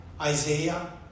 isaiah